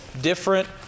different